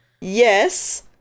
yes